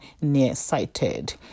nearsighted